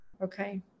okay